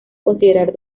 considerar